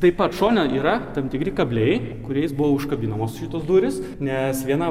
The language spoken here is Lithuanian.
taip pat šone yra tam tikri kabliai kuriais buvo užkabinamos šitos durys nes viena